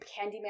Candyman